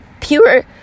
pure